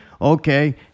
Okay